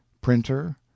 printer